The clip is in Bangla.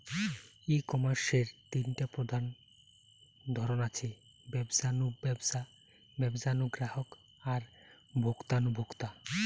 ই কমার্সের তিনটা প্রধান ধরন আছে, ব্যবসা নু ব্যবসা, ব্যবসা নু গ্রাহক আর ভোক্তা নু ভোক্তা